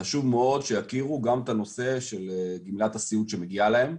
חשוב מאוד שיכירו גם את הנושא של גמלת הסיעוד שמגיעה להם.